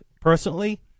personally